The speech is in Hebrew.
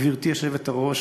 גברתי היושבת-ראש,